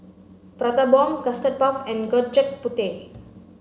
prata bomb custard puff and Gudeg Putih